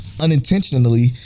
unintentionally